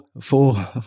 four